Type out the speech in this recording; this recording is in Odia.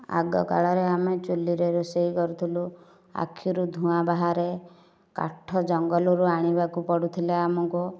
ଆଗ କାଳରେ ଆମେ ଚୁଲିରେ ରୋଷେଇ କରୁଥିଲୁ ଆଖିରୁ ଧୁଆଁ ବାହାରେ କାଠ ଜଙ୍ଗଲରୁ ଆଣିବାକୁ ପଡ଼ୁଥିଲା ଆମକୁ